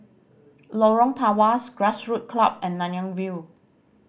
Lorong Tawas Grassroots Club and Nanyang View